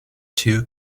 two